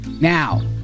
Now